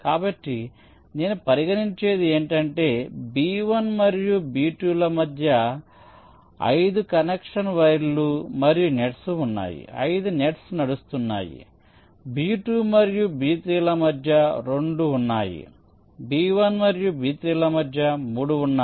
కాబట్టి నేను పరిగణించేది ఏమిటంటే బి 1 మరియు బి 2 ల మధ్య 5 కనెక్షన్ వైర్లు మరియు నెట్స్ ఉన్నాయి 5 నెట్స్ నడుస్తున్నాయి బి 2 మరియు బి 3 ల మధ్య 2 ఉన్నాయి బి 1 మరియు బి 3 ల మధ్య 3 ఉన్నాయి